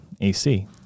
AC